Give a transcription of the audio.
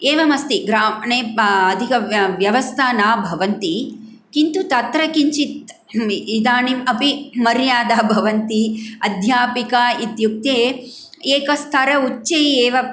एवम् अस्ति अधिक व्यवस्था न भवन्ति किन्तु तत्र किञ्चित् इदानीम् अपि मर्यादा भवन्ति अध्यापिका इत्युक्ते एकस्तर उच्चै एव